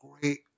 great